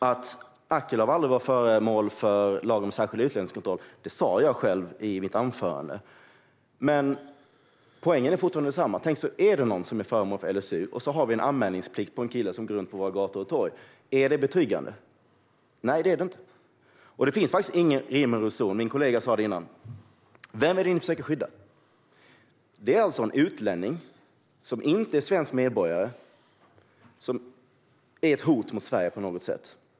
Att Akilov aldrig var föremål för lagen om särskild utlänningskontroll sa jag själv i mitt anförande, men poängen är fortfarande densamma. Tänk om det är någon som är föremål för LSU och så har vi anmälningsplikt för en kille som går runt på våra gator och torg - är det betryggande? Nej, det är det inte. Som min kollega sa tidigare finns det ingen rim eller reson. Vem är det ni försöker skydda? Det är alltså en utlänning som inte är svensk medborgare och som är ett hot mot Sverige på något sätt.